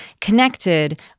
connected